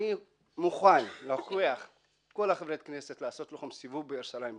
אני מוכן לעשות לכל חברי הכנסת סיבוב בירושלים,